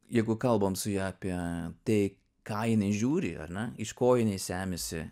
jeigu kalbam su ja apie tai ką jinai žiūri ar ne iš ko jinai semiasi